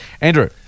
Andrew